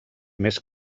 més